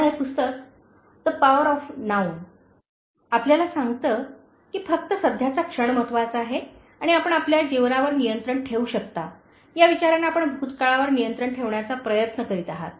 आता हे पुस्तक द पॉवर ऑफ नाऊ आपल्याला सांगते की फक्त सध्याचा क्षण महत्त्वाचा आहे आणि आपण आपल्या जीवनावर नियंत्रण ठेवू शकता या विचाराने आपण भूतकाळावर नियंत्रण ठेवण्याचा प्रयत्न करीत आहात